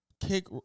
Kick